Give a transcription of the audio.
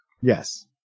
yes